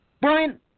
Brian